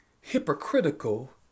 Hypocritical